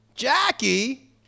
Jackie